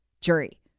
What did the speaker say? jury